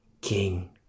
king